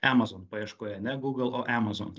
amazon paieškoje ne google o amazon